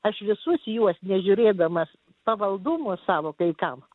aš visus juos nežiūrėdama pavaldumo savo kai kam